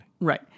Right